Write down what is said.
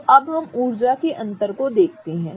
तो अब हम ऊर्जा के अंतर को देखते हैं